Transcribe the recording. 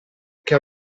che